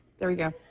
there you go.